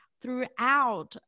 throughout